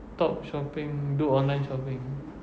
stop shopping do online shopping